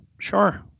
Sure